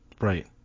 Right